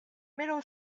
middle